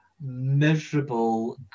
miserable